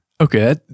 Okay